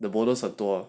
the bonus 很多